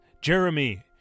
Jeremy